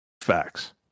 facts